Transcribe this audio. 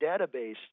database